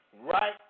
right